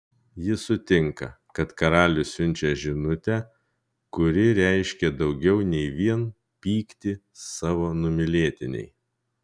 ji sutinka kad karalius siunčia žinutę kuri reiškia daugiau nei vien pyktį savo numylėtinei